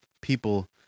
people